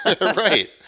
Right